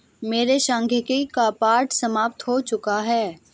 मेरे सांख्यिकी का पाठ समाप्त हो चुका है